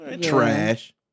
Trash